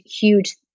huge